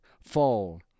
fall